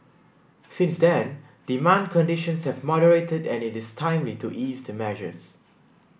since then demand conditions have moderated and it is timely to ease the measures